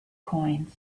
coins